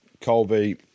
Colby